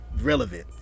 relevant